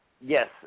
yes